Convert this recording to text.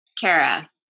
Kara